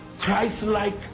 Christ-like